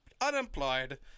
unemployed